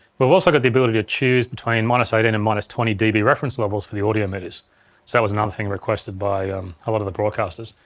we've also got the ability to choose between minus eighteen and minus twenty db reference levels for the audio meters. so that was another thing requested by um a lot of the broadcasters.